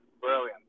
Brilliant